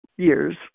years